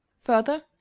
further